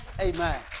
Amen